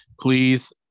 Please